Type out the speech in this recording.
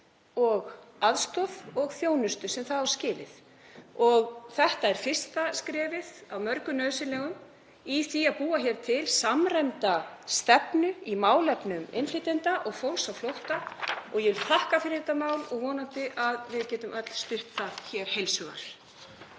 og aðstoð og þjónustu sem það á skilið og þetta er fyrsta skrefið af mörgum nauðsynlegum í því að búa til samræmda stefnu í málefnum innflytjenda og fólks á flótta. Ég vil þakka fyrir þetta mál og vona að við getum öll stutt það heils hugar.